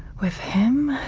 with him?